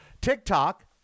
TikTok